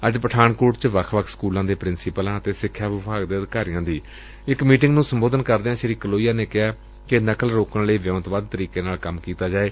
ਅੱਜ ਪਠਾਨਕੋਟ ਚ ਵੱਖ ਵੱਖ ਸਕੂਲਾਂ ਦੇ ਪ੍ਰਿੰਸੀਪਲਾਂ ਅਤੇ ਸਿਖਿਆ ਵਿਭਾਗ ਦੇ ਅਧਿਕਾਰੀਆਂ ਦੀ ਇਕ ਮੀਟਿੰਗ ਨੂੰ ਸੰਬੋਧਨ ਕਰਦਿਆ ਸ੍ਰੀ ਕਲੋਹੀਆ ਨੇ ਕਿਹਾ ਕਿ ਨਕਲ ਰੋਕਣ ਲਈ ਵਿਉਂਤਬੱਧ ਤਰੀਕੇ ਨਾਲ ਕੰਮ ਕੀਤਾ ਜਾਏ